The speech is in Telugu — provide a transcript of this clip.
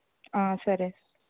సరే